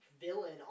villain